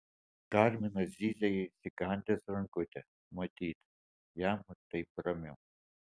karminas zyzia įsikandęs rankutę matyt jam taip ramiau